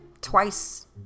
twice